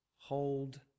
hold